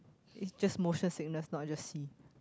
it's just motion sickness not just sea